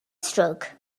stroke